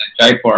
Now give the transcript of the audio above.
Jaipur